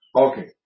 Okay